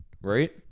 right